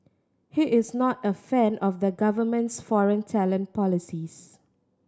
he is not a fan of the government's foreign talent policies